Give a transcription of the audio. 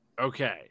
Okay